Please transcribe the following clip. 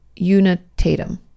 Unitatum